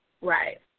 Right